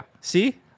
See